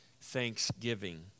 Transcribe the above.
thanksgiving